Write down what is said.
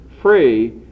free